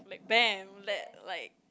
like bam like like